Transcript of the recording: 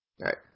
right